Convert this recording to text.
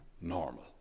normal